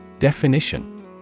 Definition